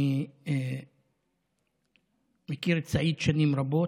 אני מכיר את סעיד שנים רבות,